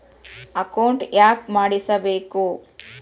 Account ಯಾಕ್ ಮಾಡಿಸಬೇಕು?